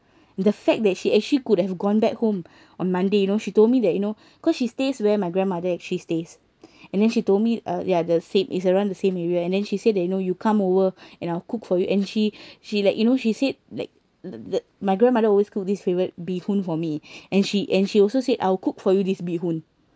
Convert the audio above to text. the fact that she actually could have gone back home on monday you know she told me that you know cause she stays where my grandmother actually stays and then she told me ah ya the same is around the same area and then she said that you know you come over and I'll cook for you and she she like you know she said like the my grandmother always cook this favorite bee hoon for me and she and she also said I'll cook for you this bee hoon